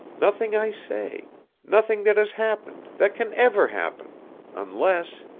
nothing, i say nothing that has happened that can ever happen unless